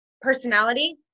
personality